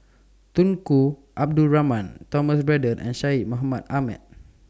Tunku Abdul Rahman Thomas Braddell and Syed Mohamed Ahmed